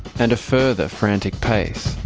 and a further frantic pace.